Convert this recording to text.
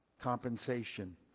compensation